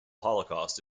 holocaust